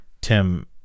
Tim